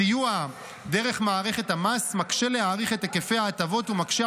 סיוע דרך מערכת המס מקשה להעריך את היקפי ההטבות,